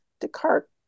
Descartes